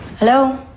Hello